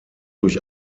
durch